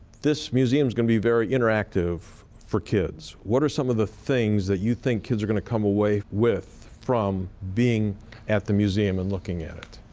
this museum's going to be very interactive for kids. what are some of the things that you think kids are going to come away with from being at the museum and looking at it?